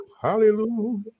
hallelujah